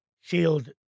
shield